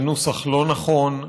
זה נוסח לא נכון,